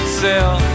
sell